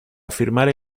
afirmar